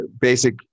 basic